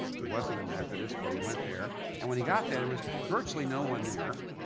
he wasn't a methodist but he went there, and, when he got there, there was virtually no one there,